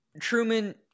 Truman